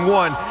one